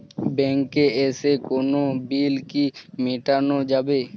ব্যাংকে এসে কোনো বিল কি মেটানো যাবে?